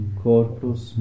corpus